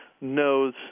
knows